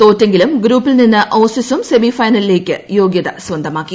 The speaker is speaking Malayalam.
തോറ്റെങ്കിലും ഗ്രൂപ്പിൽ നിന്ന് ഓസീസും ക്ലസ്മിഫൈനലിലേക്ക് യോഗൃത സ്വന്തമാക്കി